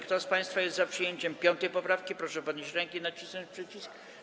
Kto z państwa jest za przyjęciem 5. poprawki, proszę podnieść rękę i nacisnąć przycisk.